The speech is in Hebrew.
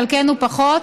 חלקנו פחות.